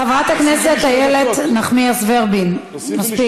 חברת הכנסת איילת נחמיאס ורבין, מספיק.